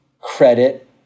credit